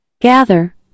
gather